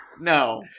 No